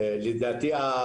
לדעתי,